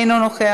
אינו נוכח,